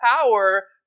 power